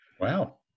Wow